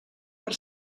per